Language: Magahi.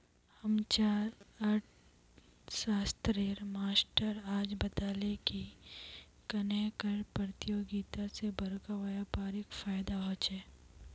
हम्चार अर्थ्शाश्त्रेर मास्टर आज बताले की कन्नेह कर परतियोगिता से बड़का व्यापारीक फायेदा होचे